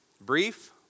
Brief